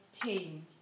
pain